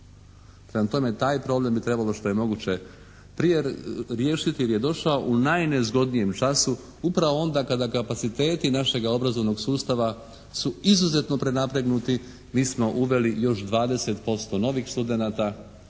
Prema tome, taj problem bi trebalo što je moguće prije riješiti jer je došao u najnezgodnijem času, upravo onda kada kapaciteti našega obrazovnog sustava su izuzetno prenapregnuti, mi smo uveli još 20% novih studenata